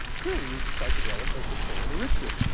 clearly used a psychedelic as the core of the ritual.